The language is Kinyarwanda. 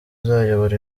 uzayobora